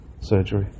surgery